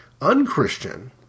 unchristian